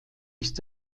ist